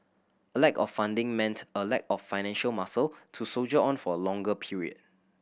a lack of funding meant a lack of financial muscle to soldier on for a longer period